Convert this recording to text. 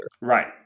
Right